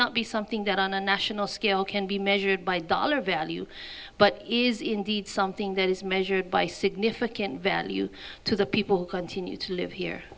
not be something that on a national scale can be measured by dollar value but is indeed something that is measured by significant value to the people continue to live here